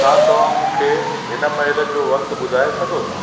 छा तव्हां मूंखे हिन महिल जो वक़्तु ॿुधाए सघो था